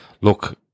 look